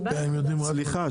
סליחה,